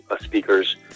speakers